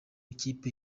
ikipe